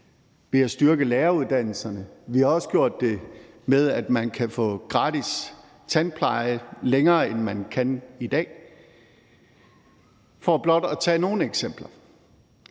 Vi har styrket læreruddannelserne. Vi har også gjort det, at man kan få gratis tandpleje længere, end man kan i dag. Det er blot for at tage nogle eksempler.